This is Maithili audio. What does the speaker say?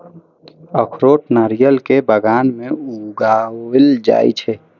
अखरोट नारियल के बगान मे उगाएल जाइ छै